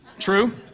True